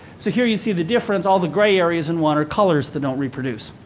so here, you see the difference all the gray areas in watered colors that don't reproduce.